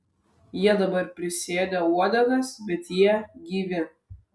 jie dabar prisėdę uodegas bet jie gyvi